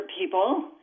people